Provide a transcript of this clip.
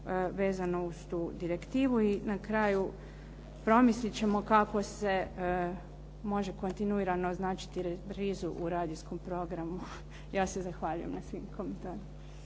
vezano uz tu direktivu i na kraju, promislit ćemo kako se može kontinuirano označiti reprizu u radijskom programu. Ja se zahvaljujem na svim komentarima.